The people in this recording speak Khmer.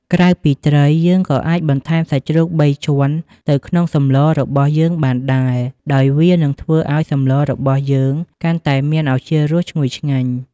ក្រៅពីត្រី យើងក៏អាចបន្ថែមសាច់ជ្រូកបីជាន់ទៅក្នុងសម្លរបស់យើងបានដែរ ដោយវានឹងធ្វើឱ្យសម្លរបស់យើងកាន់តែមានឱជារសឈ្ងុយឆ្ងាញ់។